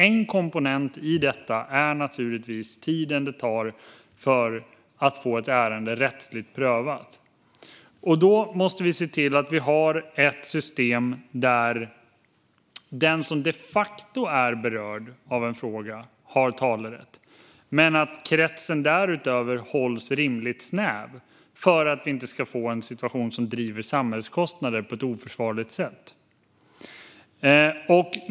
En komponent i detta är naturligtvis tiden det tar att få ett ärende rättsligt prövat. Då måste vi se till att vi har ett system där den som de facto är berörd av en fråga har talerätt men att kretsen därutöver hålls rimligt snäv för att vi inte ska få en situation som driver samhällskostnader på ett oförsvarligt sätt.